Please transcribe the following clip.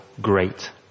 great